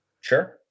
sure